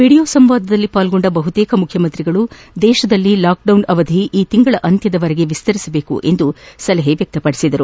video ಸಂವಾದದಲ್ಲಿ ಪಾಲ್ಗೊಂಡ ಬಹುತೇಕ ಮುಖ್ಯಮಂತ್ರಿಗಳು ದೇಶದಲ್ಲಿ ಲಾಕ್ಡೌನ್ ಅವಧಿ ಈ ತಿಂಗಳಾಂತ್ವದವರೆಗೆ ವಿಸ್ತರಿಸಬೇಕೆಂಬ ಸಲಹೆ ವ್ಯಕ್ತಪಡಿಸಿದರು